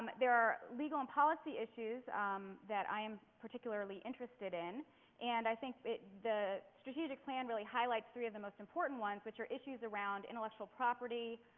there are legal and policy issues that i am particularly interested in and i think the strategic plan really highlights three of the most import ones which are, issues around intellectual property,